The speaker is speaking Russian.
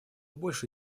больше